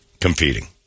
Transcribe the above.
competing